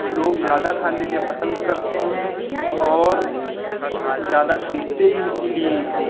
लोग ज़्यादा खाने में पसंद करते हैं और ज़्यादा खरीदते भी इसीलिए हैं